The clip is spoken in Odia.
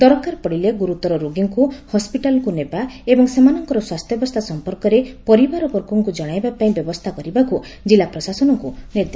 ଦରକାର ପଡିଲେ ଗୁରୁତର ରୋଗୀଙ୍କୁ ହସ୍ସିଟାଲକୁ ନେବା ଏବଂ ସେମାନଙ୍କର ସ୍ୱାସ୍ଥ୍ୟାବସ୍ଥା ସମ୍ମର୍କରେ ପରିବାର ବର୍ଗଙ୍କୁ ଜଣାଇବା ବ୍ୟବସ୍ଥା କରିବକୁ ଜିଲ୍ଲା ପ୍ରଶାସନକୁ କହିଛନ୍ତି